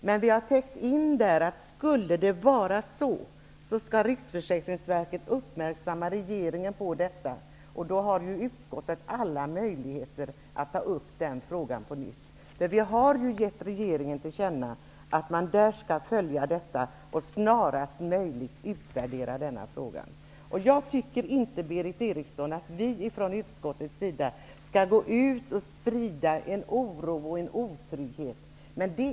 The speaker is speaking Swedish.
Men vi har täckt in det fallet: om det skulle vara så, skall Riksförsäkringsverket uppmärksamma regeringen på detta. Då har utskottet alla möjligheter att ta upp den frågan på nytt. Vi har ju gett regeringen till känna att den skall följa frågan och snarast möjligt utvärdera den. Jag tycker inte, Berith Eriksson, att vi från utskottets sida skall gå ut och sprida en oro och otrygghet.